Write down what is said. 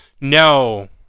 No